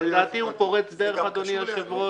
לדעתי הוא פורץ דרך, אדוני היושב-ראש,